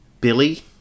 Billy